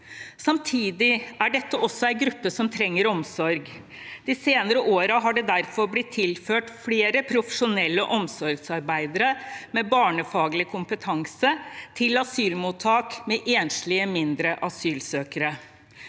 Samtidig er dette også en gruppe som trenger omsorg. De senere årene har det derfor blitt tilført flere profesjonelle omsorgsarbeidere med barnefaglig kompetanse til asylmottak med enslige mindreårige asylsøkere.